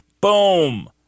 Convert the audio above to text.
Boom